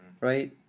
right